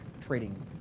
trading